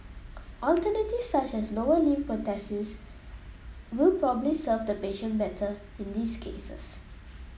alternatives such as lower limb prosthesis will probably serve the patient better in these cases